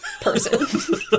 person